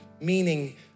meaning